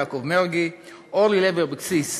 יעקב מרגי ואורלי לוי אבקסיס.